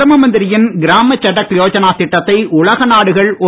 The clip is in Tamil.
பிரதம மந்திரியின் கிராம சடக் யோஜனா நிட்டத்தை உலக நாடுகள் ஒரு